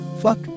Fuck